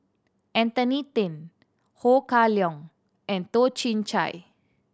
Anthony Then Ho Kah Leong and Toh Chin Chye